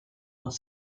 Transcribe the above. vingt